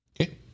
Okay